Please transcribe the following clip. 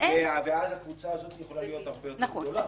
ואז הקבוצה הזאת יכולה להיות הרבה יותר גדולה.